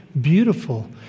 beautiful